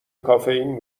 کافئین